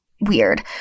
weird